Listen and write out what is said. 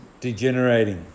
degenerating